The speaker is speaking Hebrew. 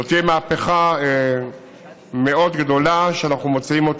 זו תהיה מהפכה מאוד גדולה שאנחנו מוציאים.